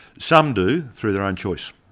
some do through their own choice,